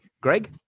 Greg